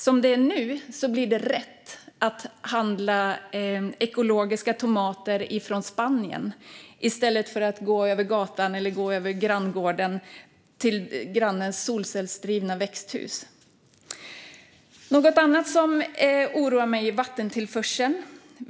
Som det är nu blir det rätt att handla ekologiska tomater från Spanien i stället för att gå över gatan eller gå till granngården till grannens solcellsdrivna växthus. Något annat som oroar mig är vattentillförseln.